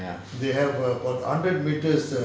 ya